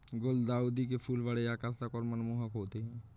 गुलदाउदी के फूल बड़े आकर्षक और मनमोहक होते हैं